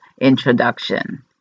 introduction